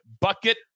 Bucket